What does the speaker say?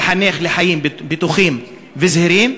לחנך לחיים בטוחים וזהירים,